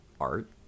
art